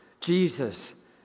Jesus